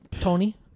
Tony